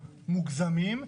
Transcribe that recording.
מוגזמים.